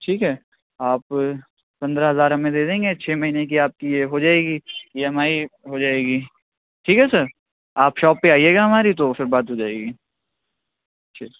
ٹھیک ہے آپ پندرہ ہزار ہمیں دے دیں گے چھ مہینے کی آپ کی یہ ہوجائے گی ای ایم آئی ہو جائے گی ٹھیک ہے سر آپ شاپ پہ آئیے گا ہماری تو پھر بات ہو جائے گی ٹھیک